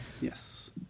Yes